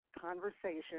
conversation